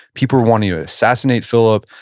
people wanting to assassinate philip.